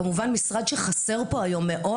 כמובן משרד שחסר פה היום מאוד,